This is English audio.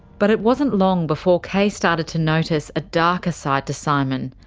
but it wasn't long before kay started to notice a darker side to simon.